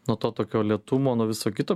nuo to tokio lėtumo nuo viso kito